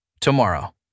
tomorrow